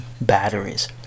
batteries